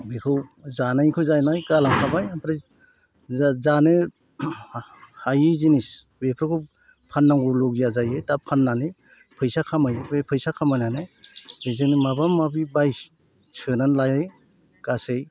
बेखौ जानायखौ जानाय गालांखाबाय ओमफ्राय जानो हायि जिनिस बेफोरखौ फाननांगौ लगिया जायो दा फाननानै फैसा खामायो बे फैसा खामायनानै बेजोंनो माबा माबि बायसोनानै लायो गासै